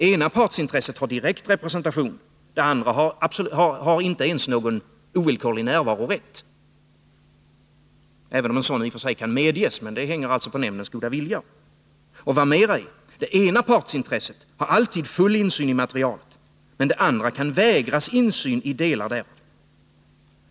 Ena partsintresset har direkt representation, medan det andra inte ens har någon ovillkorlig närvarorätt — en sådan kan i och för sig medges, men det hänger på nämndens goda vilja. Och vad mera är: Det ena partsintresset har alltid full insyn i materialet, men det andra kan vägras insyn i delar därav.